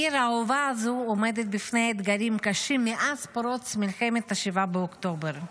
העיר האהובה הזו עומדת בפני אתגרים קשים מאז פרוץ מלחמת 7 באוקטובר.